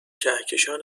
کهکشان